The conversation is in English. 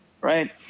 Right